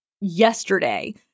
yesterday